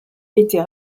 était